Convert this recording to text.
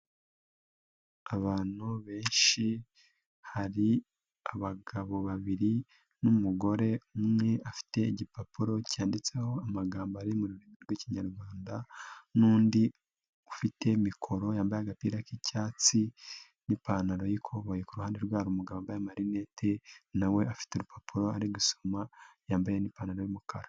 Abantu benshi, hari abagabo babiri n'umugore umwe, afite igipapuro cyanditseho amagambo ari rw'ikinyarwanda n'undi ufite mikoro yambaye agapira k'icyatsi n'ipantaro yikoboyi, ku ruhande rwe hari umugabo wambaye amarinete na we afite urupapuro ari gusoma, yambaye n'ipantaro y'umukara.